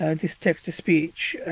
ah this text to speech,